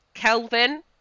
Kelvin